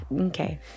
Okay